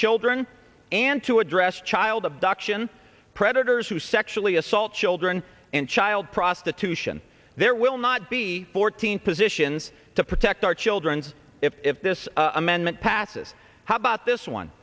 children and to address child abduction predators who sexually assault children and child prostitution there will not be fourteen positions to protect our children's if this amendment passes how about this one